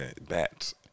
bats